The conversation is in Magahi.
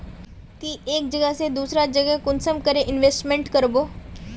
ती एक जगह से दूसरा जगह कुंसम करे इन्वेस्टमेंट करबो?